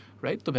Right